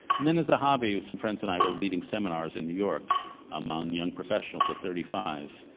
and then as a hobby some friends and i were leading seminars in new york among young professionals at thirty five.